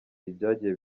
ibyagiye